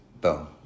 Boom